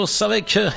avec